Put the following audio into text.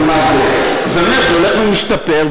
אני אומר שזה הולך ומשתפר,